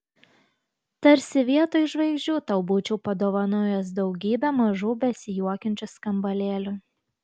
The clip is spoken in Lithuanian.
tarsi vietoj žvaigždžių tau būčiau padovanojęs daugybę mažų besijuokiančių skambalėlių